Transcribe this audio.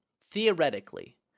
theoretically